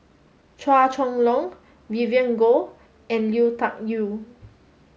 Chua Chong Long Vivien Goh and Lui Tuck Yew